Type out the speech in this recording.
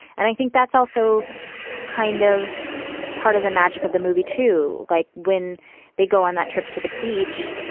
and i think that's also kind of part of the magic of the movie, too. like when they go on that trip to the beach,